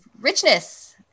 richness